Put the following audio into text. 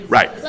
Right